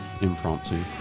Impromptu